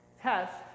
test